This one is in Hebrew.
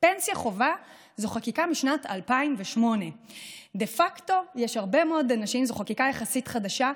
פנסיה חובה זו חקיקה משנת 2008. זו חקיקה יחסית חדשה.